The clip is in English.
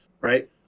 right